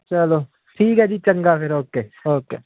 ਚਲੋ ਠੀਕ ਹੈ ਜੀ ਚੰਗਾ ਫਿਰ ਓਕੇ ਓਕੇ